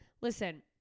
Listen